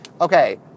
Okay